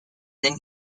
then